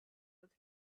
with